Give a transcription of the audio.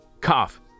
cough